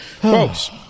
Folks